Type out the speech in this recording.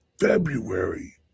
february